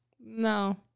No